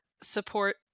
support